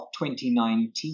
2019